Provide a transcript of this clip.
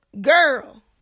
girl